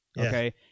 Okay